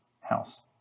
house